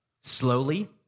Slowly